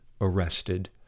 arrested